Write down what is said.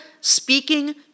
speaking